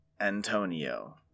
antonio